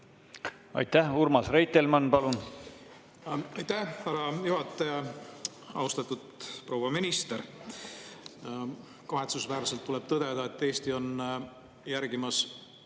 Aitäh! Urmas Reitelmann, palun! Aitäh, härra juhataja! Austatud proua minister! Kahetsusväärselt tuleb tõdeda, et Eesti on ilmselt